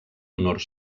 honor